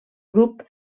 grup